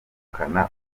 ubukana